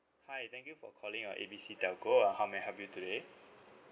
hi thank you for calling uh A B C telco uh how may I help you today